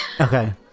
Okay